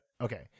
okay